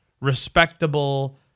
respectable